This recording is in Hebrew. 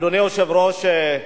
אדוני היושב-ראש,